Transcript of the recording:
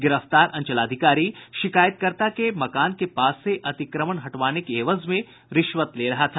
गिरफ्तार अंचलाधिकारी शिकायतकर्ता के मकान के पास से अतिक्रमण हटवाने के एवज में रिश्वत ले रहा था